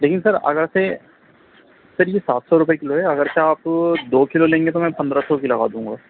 لیکن سر اگرچہ سر یہ سات سو روپے کلو ہے اگرچہ آپ دو کلو لیں گے تو میں پندرہ سو کی لگا دوں گا